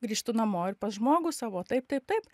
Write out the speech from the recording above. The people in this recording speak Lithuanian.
grįžtu namo ir pas žmogų savo taip taip taip